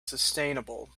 sustainable